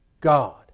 God